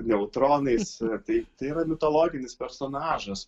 neutronais tai tai yra mitologinis personažas